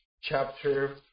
chapter